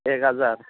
एक हाजार